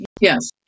Yes